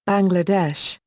bangladesh,